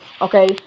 Okay